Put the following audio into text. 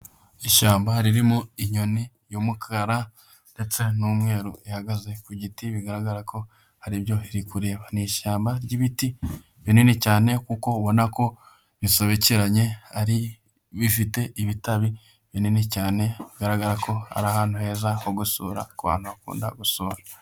Ishyamba ririmo inyoni y'umukara ndetse n'umweru ihagaze ku giti bigaragara ko hari ibyo iri kureba, ni ishyamba ry'ibiti binini cyane kuko ubona ko bisobekeranye ari bifite ibitabi binini cyane, bigaragara ko ari ahantu heza ho gusura ku bantu bakunda gusura.